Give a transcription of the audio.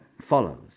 follows